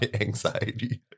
anxiety